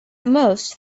most